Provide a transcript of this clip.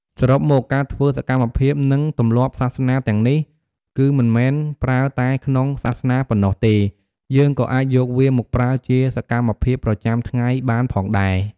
សរុបមក ការធ្វើសកម្មភាពនិងទម្លាប់សាសនាទាំងនេះគឺមិនមែនប្រើតែក្នុងសាសនាប៉ុន្នោះទេ យើកក៏អាចយកវាមកប្រើជាសម្មភាពប្រចាំថ្ងៃបានផងដែរ។